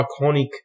iconic